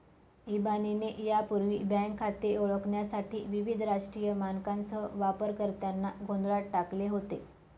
इबानीने यापूर्वी बँक खाते ओळखण्यासाठी विविध राष्ट्रीय मानकांसह वापरकर्त्यांना गोंधळात टाकले होते